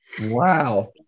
Wow